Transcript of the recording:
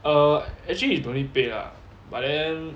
err actually is don't need 备 lah but then